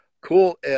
cool